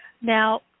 Now